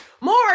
More